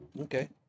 okay